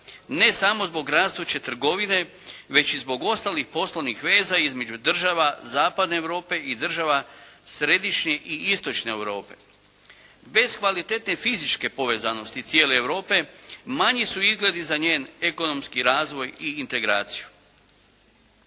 ne samo zbog rastuće trgovine već i zbog ostalih poslovnih veza između država Zapadne Europe i država Središnje i Istočne Europe. Bez kvalitetne fizičke povezanosti cijele Europe, manji su izgledi za njen ekonomski razvoj i integraciju.